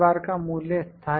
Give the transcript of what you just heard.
का मूल्य स्थाई है